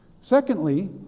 Secondly